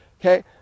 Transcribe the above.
okay